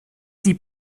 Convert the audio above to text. sie